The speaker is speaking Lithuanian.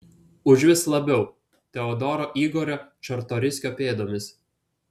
užvis labiau teodoro igorio čartoriskio pėdomis